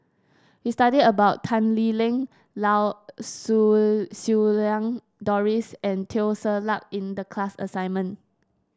we studied about Tan Lee Leng Lau Siew Siew Lang Doris and Teo Ser Luck in the class assignment